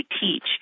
teach